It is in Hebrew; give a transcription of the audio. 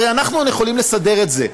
הרי אנחנו יכולים לסדר את זה.